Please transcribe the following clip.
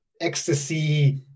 ecstasy